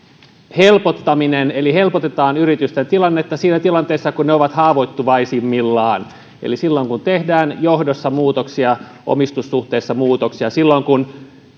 helpottamisesta eli helpotetaan yritysten tilannetta siinä tilanteessa kun ne ovat haavoittuvaisimmillaan eli silloin kun tehdään johdossa muutoksia omistussuhteissa muutoksia silloin kun